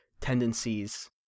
tendencies